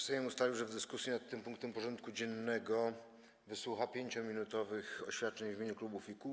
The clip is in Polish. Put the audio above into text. Sejm ustalił, że w dyskusji nad tym punktem porządku dziennego wysłucha 5-minutowych oświadczeń w imieniu klubów i kół.